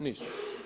Nisu.